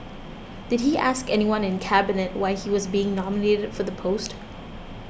did he ask anyone in Cabinet why he was being nominated for the post